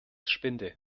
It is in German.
spinde